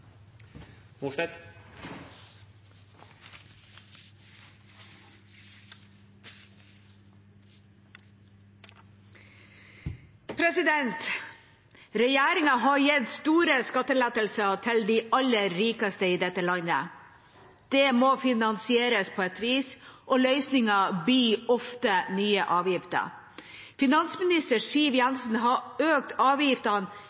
luftfartsavgiften. Regjeringa har gitt store skattelettelser til de aller rikeste i dette landet. Det må finansieres på et vis, og løsningen blir ofte nye avgifter. Finansminister Siv Jensen har økt avgiftene